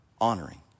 honoring